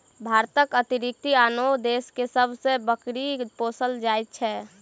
भारतक अतिरिक्त आनो देश सभ मे बकरी पोसल जाइत छै